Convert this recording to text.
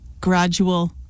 gradual